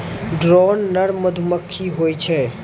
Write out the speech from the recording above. drone नर मधुमक्खी होय छै